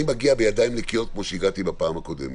אני מגיע בידיים נקיות, כמו שהגעתי בפעם הקודמת,